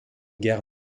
guerre